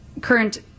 Current